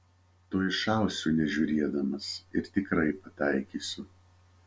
tuoj šausiu nežiūrėdamas ir tikrai pataikysiu